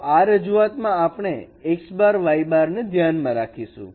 તો આ રજૂઆત માં આપણે x y ને ધ્યાન માં રાખીશું